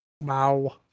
Wow